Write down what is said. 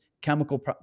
Chemical